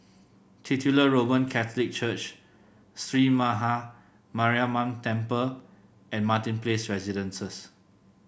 Titular Roman Catholic Church Sree Maha Mariamman Temple and Martin Place Residences